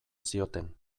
zioten